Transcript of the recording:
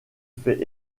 fait